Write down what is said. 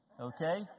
okay